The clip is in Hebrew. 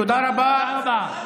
תודה רבה,